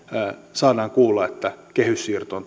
saadaan kuulla että kehyssiirto on